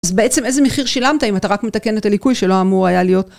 אז בעצם איזה מחיר שילמת, אם אתה רק מתקן את הליקוי שלא אמור היה להיות?